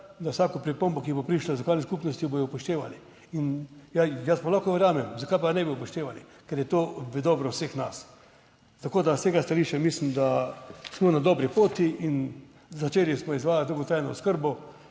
da vsako pripombo, ki bo prišla iz lokalne skupnosti, bodo upoštevali. In ja, jaz pa lahko verjamem, zakaj pa ne bi upoštevali, ker je to v dobro vseh nas. Tako, da s tega stališča mislim, da smo na dobri poti in začeli smo izvajati dolgotrajno oskrbo.